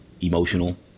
emotional